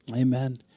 Amen